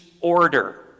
order